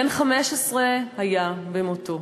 בן 15 היה במותו.